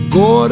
go